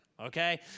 Okay